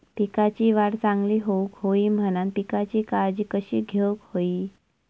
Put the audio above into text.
पिकाची वाढ चांगली होऊक होई म्हणान पिकाची काळजी कशी घेऊक होई?